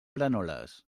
planoles